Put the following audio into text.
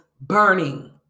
burning